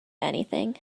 anything